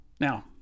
Now